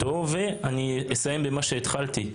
אני אסיים במה שהתחלתי.